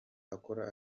akora